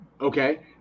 okay